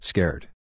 Scared